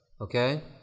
okay